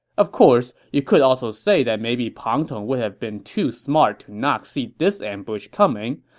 of course, you could also say that maybe pang tong would have been too smart to not see this ambush coming,